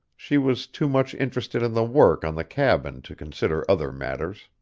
she was too much interested in the work on the cabin to consider other matters.